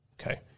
Okay